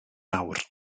awr